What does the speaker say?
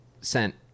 sent